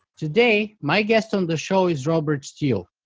today, my guest on the show is robert steele.